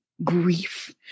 grief